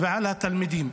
ועל התלמידים.